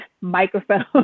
microphone